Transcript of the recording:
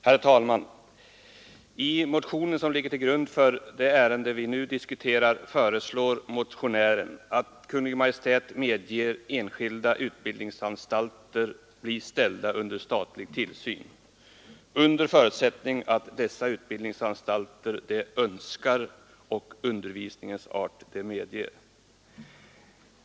Herr talman! I motionen som ligger till grund för det ärende vi nu diskuterar föreslår motionärerna att Kungl. Maj:t medger enskilda utbildningsanstalter att bli ställda under statlig tillsyn under förutsättning att dessa utbildningsanstalter önskar det och undervisningens art medger det.